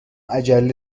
عجله